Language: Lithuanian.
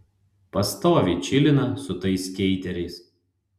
pastoviai čilina su tais skeiteriais